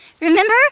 Remember